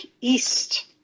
east